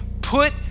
put